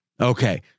Okay